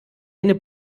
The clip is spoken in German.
ihnen